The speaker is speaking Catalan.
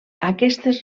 aquestes